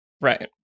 Right